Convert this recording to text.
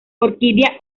orquídea